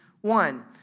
one